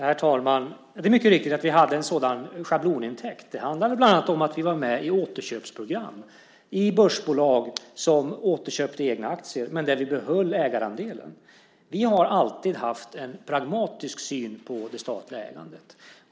Herr talman! Det är riktigt att vi hade en sådan schablonintäkt. Det handlade bland annat om att vi var med i återköpsprogram i börsbolag som återköpte egna aktier men där vi behöll ägarandelen. Vi har alltid haft en pragmatisk syn på det statliga ägandet.